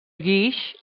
guix